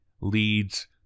leads